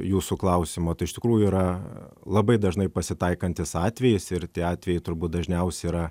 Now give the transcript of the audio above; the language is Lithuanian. jūsų klausimo tai iš tikrųjų yra labai dažnai pasitaikantis atvejis ir tie atvejai turbūt dažniausi yra